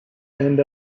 and